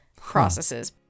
processes